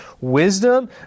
wisdom